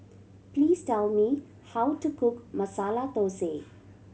please tell me how to cook Masala Thosai